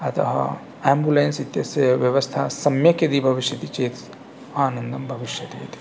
अतः एम्बुलेन्स् इत्यस्य व्यवस्था सम्यक् यदि भविष्यति चेत् आनन्दं भविष्यति इति